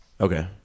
Okay